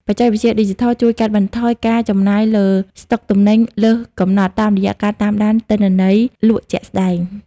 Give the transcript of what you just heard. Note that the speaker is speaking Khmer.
បច្ចេកវិទ្យាឌីជីថលជួយកាត់បន្ថយការចំណាយលើ ស្តុកទំនិញលើសកំណត់ តាមរយៈការតាមដានទិន្នន័យលក់ជាក់ស្ដែង។